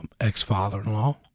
ex-father-in-law